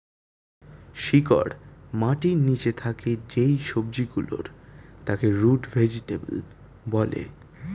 শিকড় মাটির নিচে থাকে যেই সবজি গুলোর তাকে রুট ভেজিটেবল বলে